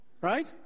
Right